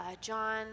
John